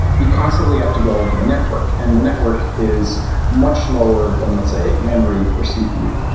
you constantly have to go over the network, and the network is much slower than, let's say, memory or cpu.